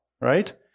right